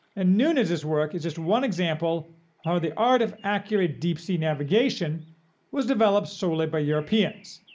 and nunes's work is just one example how the art of accurate deep-sea navigation was developed solely by europeans,